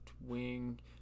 wing